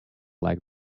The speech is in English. like